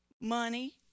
Money